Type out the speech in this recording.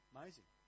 Amazing